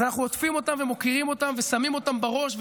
אז אנחנו עוטפים אותם ומוקירים אותם ושמים אותם בראש,